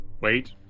Wait